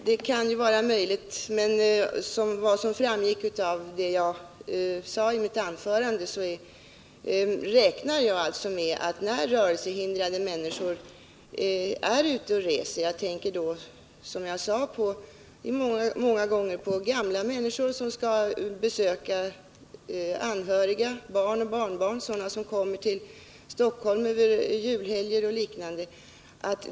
Herr talman! Det kan vara möjligt. Men i mitt anförande sade jag att jag ansåg att det är den som möter en rörelsehindrad som skall hämta rullstolen på stationen och sedan ställa tillbaka den. Jag tänker bl.a. på gamla människor som skall besöka barn och barnbarn t.ex. i Stockholm i samband med julhelgen eller något liknande tillfälle.